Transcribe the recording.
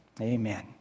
Amen